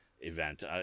event